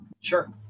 Sure